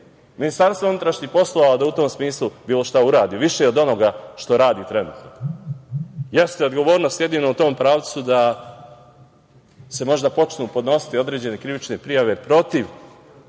odgovornost politike, MUP-a da u tom smislu bilo šta uradi, više od onoga što radi trenutno? Jeste odgovornost jedino u tom pravcu da se možda počnu podnositi određene krivične prijave protiv